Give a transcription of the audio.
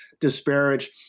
disparage